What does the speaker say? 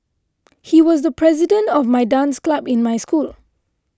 he was the president of my dance club in my school